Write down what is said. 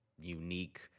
unique